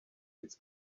its